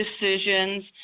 decisions